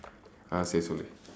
ah சரி சொல்லு:sari sollu